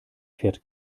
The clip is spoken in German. fährt